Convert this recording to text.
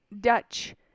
Dutch